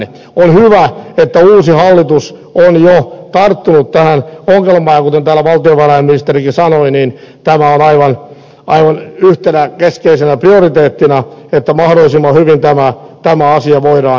on hyvä että uusi hallitus on jo tarttunut tähän ongelmaan ja kuten täällä valtiovarainministerikin sanoi niin tämä on aivan yhtenä keskeisenä prioriteettina että mahdollisimman hyvin tämä asia voidaan hoitaa